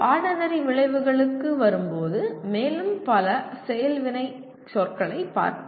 பாடநெறி விளைவுகளுக்கு வரும்போது மேலும் பல செயல் வினைச் சொற்களைப் பார்ப்போம்